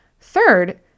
Third